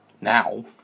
now